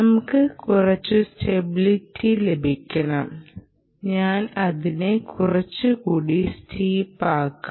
നമുക്ക് കുറച്ച് സ്റ്റബിലിറ്റി ലഭിക്കണം ഞാൻ അതിനെ കുറച്ചുകൂടി സ്റ്റീപ്പ് ആക്കാം